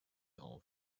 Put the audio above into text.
auf